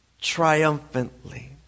triumphantly